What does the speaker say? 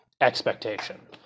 expectation